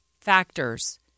factors